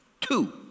Two